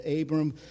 Abram